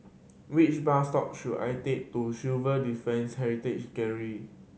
which bus stop should I take to Defence Heritage Gallery